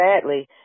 Sadly